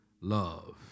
love